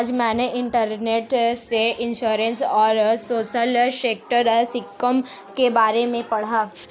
आज मैंने इंटरनेट से इंश्योरेंस और सोशल सेक्टर स्किम के बारे में पढ़ा